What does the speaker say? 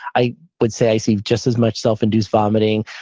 i would say i see just as much self induced vomiting.